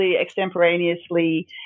extemporaneously